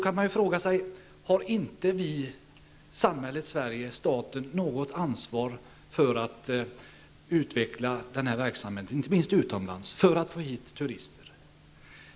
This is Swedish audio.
Man kan då fråga sig om inte staten har något ansvar för att utveckla den här verksamheten -- inte minst utomlands -- för att få hit turister.